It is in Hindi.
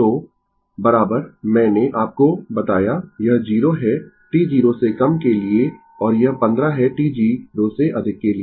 तो मैंने आपको बताया यह 0 है t 0 से कम के लिए और यह 15 है t 0 से अधिक के लिए